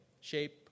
shape